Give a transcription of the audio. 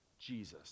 Jesus